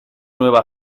nueva